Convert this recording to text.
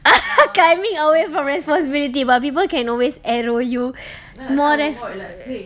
climbing away from responsibility but people can always arrow you more res~